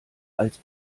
als